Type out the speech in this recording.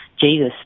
Jesus